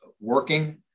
working